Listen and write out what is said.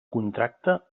contracte